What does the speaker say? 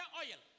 oil